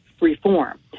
reform